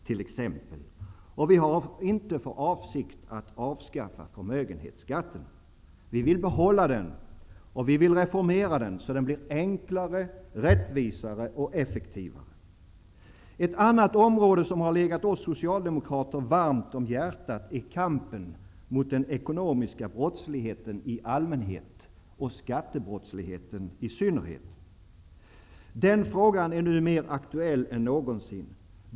Vi har heller inte för avsikt att avskaffa förmögenhetsskatten. Vi vill behålla den och reformera den så att den blir enklare, rättvisare och effektivare. Ett annat område som länge legat oss socialdemokrater varmt om hjärtat är kampen mot den ekonomiska brottsligheten i allmänhet och skattebrottsligheten i synnerhet. Den frågan är nu mer aktuell än någonsin.